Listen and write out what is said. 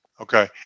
Okay